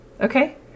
okay